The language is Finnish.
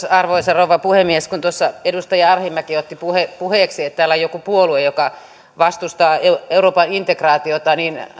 arvoisa rouva puhemies kun tuossa edustaja arhinmäki otti puheeksi puheeksi että täällä on joku puolue joka vastustaa euroopan integraatiota niin